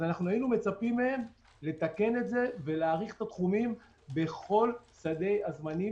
היינו מצפים מהם לתקן את זה ולהאריך את התחומים בכל שדה הזמנים